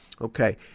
Okay